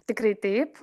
tikrai taip